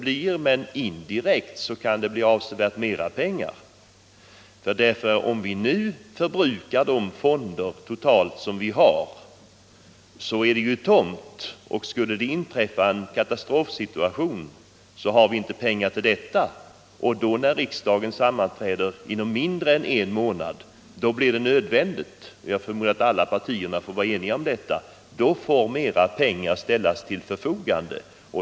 Men indirekt kan det bli avsevärt mera pengar. Om vi nu förbrukar de fonder som vi har är det ju tomt i kassan. Skulle det då inträffa en katastrof har vi inte pengar till hjälp. När riksdagen inom mindre än en månad sammanträder igen blir det nödvändigt — jag tror att alla partier är eniga om det — att ställa mera pengar till förfogande.